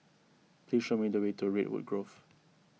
please show me the way to Redwood Grove